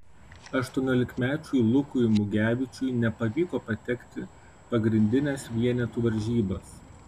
aštuoniolikmečiui lukui mugevičiui nepavyko patekti pagrindines vienetų varžybas